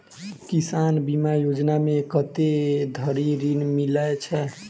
किसान बीमा योजना मे कत्ते धरि ऋण मिलय छै?